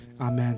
amen